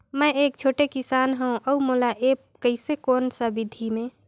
मै एक छोटे किसान हव अउ मोला एप्प कइसे कोन सा विधी मे?